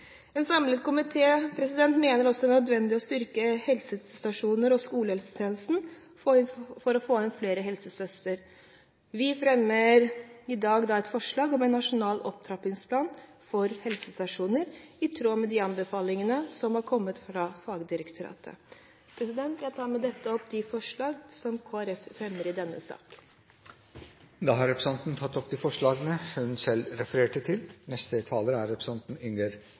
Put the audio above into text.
En samlet komité mener også det er nødvendig å styrke helsestasjoner og skolehelsetjenesten med flere helsesøstre. Vi fremmer i dag et forslag om en nasjonal opptrappingsplan for helsestasjoner, i tråd med de anbefalingene som har kommet fra fagdirektoratet. Jeg tar med dette opp de forslag som Kristelig Folkeparti fremmer alene i denne sak. Representanten Line Henriette Hjemdal har tatt opp de forslagene hun refererte til.